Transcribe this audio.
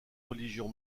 religion